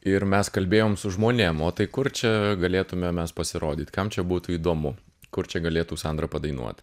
ir mes kalbėjom su žmonėm o tai kur čia galėtume mes pasirodyt kam čia būtų įdomu kur čia galėtų sandra padainuot